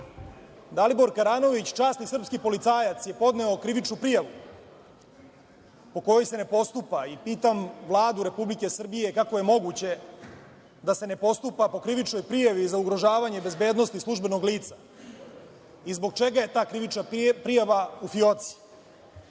Dalibor Karanović časni srpski policajac je podneo krivičnu prijavu po kojoj se ne postupa i pitam Vladu Republike Srbije – kako je moguće da se ne postupa po krivičnoj prijavi za ugrožavanje bezbednosti službenog lica? Zbog čega je ta krivična prijava u